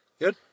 Good